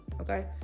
okay